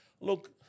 look